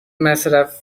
مصرف